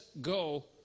go